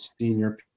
senior